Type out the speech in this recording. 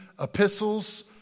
epistles